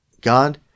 God